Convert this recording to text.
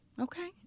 Okay